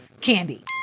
candy